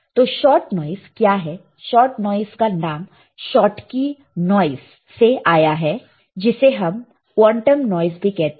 तो shot noise क्या है शॉट नॉइस का नाम शॉटकी नॉइस से आया है जिसे हम क्वांटम नॉइस भी कहते हैं